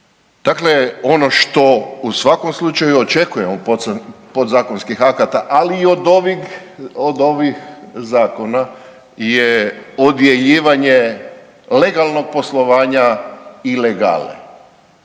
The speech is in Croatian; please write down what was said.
Dakle, ono što u svakom slučaju očekujemo od podzakonskih akata, ali i od ovih, od ovih zakona je odjeljivanje legalnog poslovanja i ilegale.